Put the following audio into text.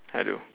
I do